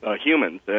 humans